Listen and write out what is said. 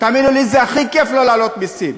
תאמינו לי, זה הכי כיף לא להעלות מסים,